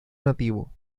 nativo